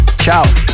ciao